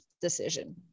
decision